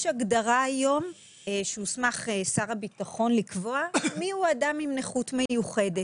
יש הגדרה היום שהוסמך שר הביטחון לקבוע מיהו אדם עם נכות מיוחדת.